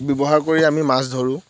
ব্যৱহাৰ কৰি আমি মাছ ধৰোঁ